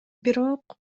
бирок